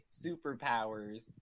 superpowers